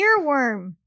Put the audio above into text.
earworm